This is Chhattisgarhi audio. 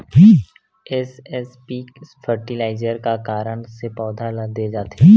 एस.एस.पी फर्टिलाइजर का कारण से पौधा ल दे जाथे?